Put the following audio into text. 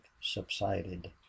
subsided